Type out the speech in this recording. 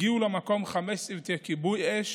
הגיעו למקום חמישה צוותי כיבוי אש,